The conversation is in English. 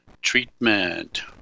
Treatment